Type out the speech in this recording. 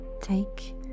Take